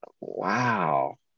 Wow